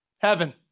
Heaven